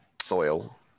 soil